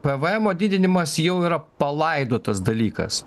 pvemo didinimas jau yra palaidotas dalykas